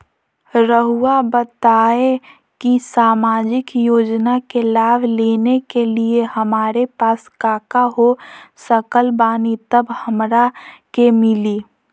रहुआ बताएं कि सामाजिक योजना के लाभ लेने के लिए हमारे पास काका हो सकल बानी तब हमरा के मिली?